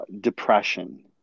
depression